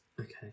Okay